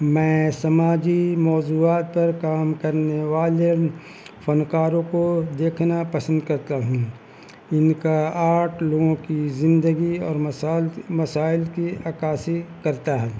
میں سماجی موضوعات پر کام کرنے والے فنکاروں کو دیکھنا پسند کرتا ہوں ان کا آرٹ لوگوں کی زندگی اور مسائل مسائل کی عکاسی کرتا ہے